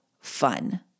fun